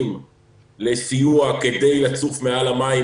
מתחננים לסיוע כדי לצוף מעל המים,